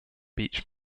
beach